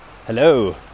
Hello